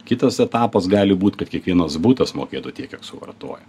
kitas etapas gali būt kad kiekvienas butas mokėtų tiek kiek suvartoja